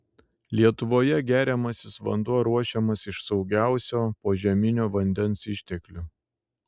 lietuvoje geriamasis vanduo ruošiamas iš saugiausio požeminio vandens išteklių